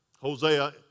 Hosea